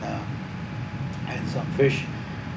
uh and some fish